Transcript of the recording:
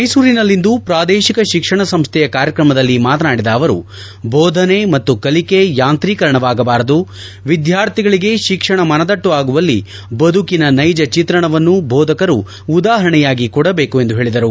ಮೈಸೂರಿನಲ್ಲಿಂದು ಪ್ರಾದೇಶಿಕ ಶಿಕ್ಷಣ ಸಂಸ್ಥೆಯ ಕಾರ್ಯಕ್ರಮದಲ್ಲಿ ಮಾತನಾಡಿದ ಅವರು ಬೋಧನೆ ಮತ್ತು ಕಲಿಕೆ ಯಾಂತ್ರೀಕರಣ ಆಗಬಾರದು ವಿದ್ಯಾರ್ಥಿಗಳಿಗೆ ಶಿಕ್ಷಣ ಮನದಟ್ಟು ಆಗುವಲ್ಲಿ ಬದುಕಿನ ನೈಜ ಚಿತ್ರಣವನ್ನು ಬೋಧಕರು ಉದಾಪರಣೆಯಾಗಿ ಕೊಡಬೇಕು ಎಂದು ಹೇಳಿದರು